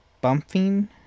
bumping